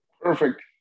perfect